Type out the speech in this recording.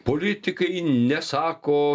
politikai nesako